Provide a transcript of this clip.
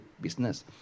business